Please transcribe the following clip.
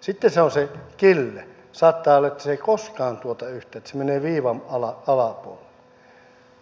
sitten on se kille ja saattaa olla että se ei koskaan tuota yhtään että se menee viivan alapuolelle